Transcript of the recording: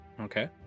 Okay